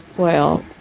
well